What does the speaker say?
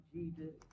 Jesus